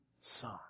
Son